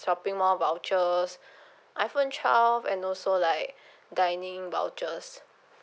shopping mall vouchers iphone twelve and also like dining vouchers